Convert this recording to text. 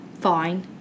fine